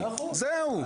זהו.